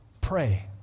pray